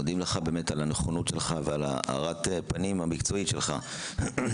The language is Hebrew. מודים לך באמת על הנכונות שלך ועל הארת הפנים המקצועית שלך בנושא,